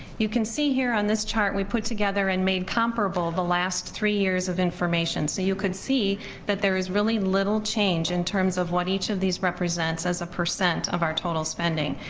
you can see, here on this chart, we put together and made comparable the last three years of information. so you can see that there is really little change in terms of what each of these represents as a percent of our total spending.